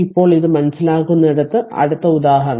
ഇപ്പോൾ ഇത് മനസ്സിലാക്കുന്നതിന് അടുത്ത ഉദാഹരണം